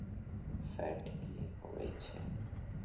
Fat की होवछै?